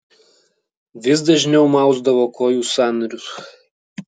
vis dažniau mausdavo kojų sąnarius